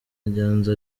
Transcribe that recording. nyanza